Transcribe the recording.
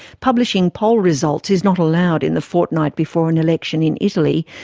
publishing poll results is not allowed in the fortnight before an election in italy,